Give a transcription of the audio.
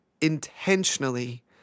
intentionally